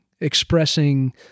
expressing